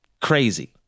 Crazy